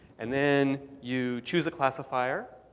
and then you choose a classifier,